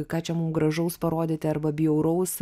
ką čia mum gražaus parodyti arba bjauraus